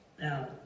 Now